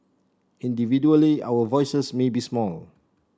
individually our voices may be small